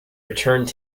returned